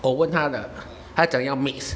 我问他了他讲要 mix